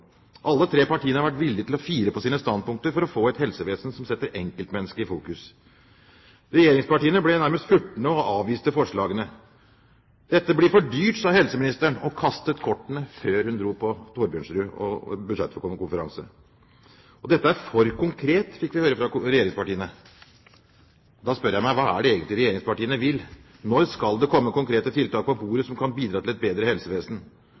Alle de tre partiene har vært villige til å fire på sine standpunkter for å få et helsevesen som setter enkeltmennesket i fokus. Regjeringspartiene ble nærmest furtne og avviste forslagene. Dette blir for dyrt, sa helseministeren, og kastet kortene før hun dro til Thorbjørnrud og Regjeringens budsjettkonferanse. Dette er for konkret, fikk vi høre fra regjeringspartiene. Da spør jeg meg: Hva er det egentlig regjeringspartiene vil? Når skal det komme konkrete tiltak på bordet som kan bidra til et bedre helsevesen?